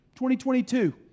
2022